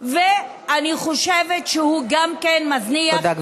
ואני חושבת שהוא גם כן מזניח תודה,